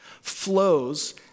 flows